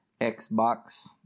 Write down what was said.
Xbox